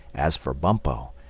as for bumpo,